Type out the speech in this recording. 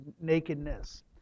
nakedness